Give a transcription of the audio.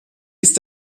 ist